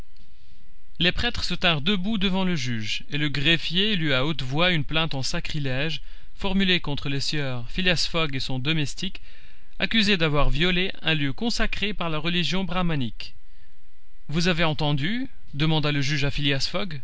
les prêtres se tinrent debout devant le juge et le greffier lut à haute voix une plainte en sacrilège formulée contre le sieur phileas fogg et son domestique accusés d'avoir violé un lieu consacré par la religion brahmanique vous avez entendu demanda le juge à phileas